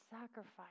sacrifice